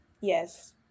Yes